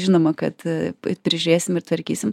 žinoma kad prižiūrėsim ir tvarkysim